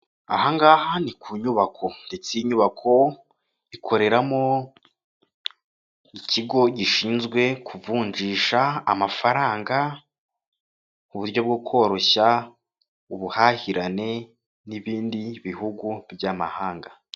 Aha ngaha ni ku nyubako, ndetse iyi nyubako, ikoreramo ikigo gishinzwe kuvunjisha amafaranga mu buryo bwo koroshya ubuhahirane n'ibindi bihugu by'amahanga.